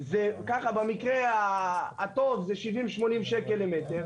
במקרה הטוב זה 80-70 שקל למטר.